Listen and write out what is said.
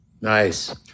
Nice